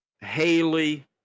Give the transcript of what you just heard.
Haley